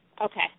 Okay